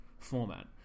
format